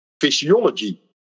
physiology